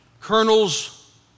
colonel's